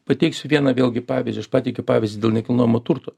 pateiksiu vieną vėlgi pavyzdį aš pateikiau pavyzdį dėl nekilnojamo turto